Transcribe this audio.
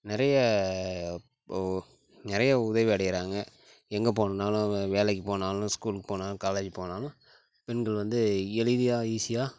நிறைய இப்போது நிறைய உதவி அடைகிறாங்க எங்க போணும்னாலும் வே வேலைக்கு போனாலும் ஸ்கூல் போனாலும் காலேஜ் போனாலும் பெண்கள் வந்து எளிதியாக ஈஸியாக